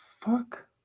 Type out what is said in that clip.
fuck